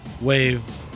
wave